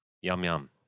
Yum-yum